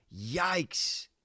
Yikes